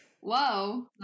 Whoa